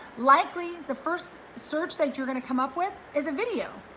likely the first search that you're gonna come up with is a video.